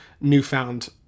newfound